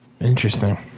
Interesting